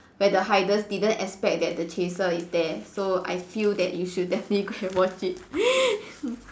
where the hiders didn't expect that the chaser is there so I feel that you should definitely go and watch it